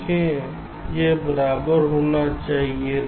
देखें यह बराबर होना चाहिए